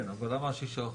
כן, אבל למה ה-6%?